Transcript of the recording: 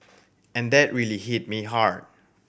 and that really hit me hard